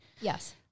Yes